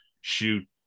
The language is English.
shoot